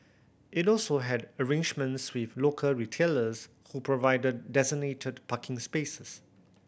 it also had arrangements with local retailers who provided designated parking spaces